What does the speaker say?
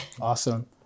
Awesome